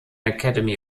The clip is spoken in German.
academy